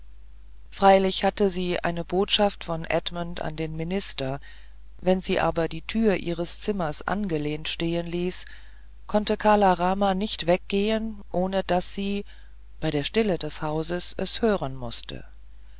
freilich hatte sie eine botschaft von edmund an den minister wenn sie aber die tür ihres zimmers angelehnt stehen ließe konnte kala rama nicht weggehen ohne daß sie bei der stille des hauses es hören mußte